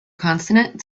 consonant